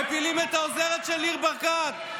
מפילים את העוזרת של ניר ברקת.